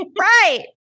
Right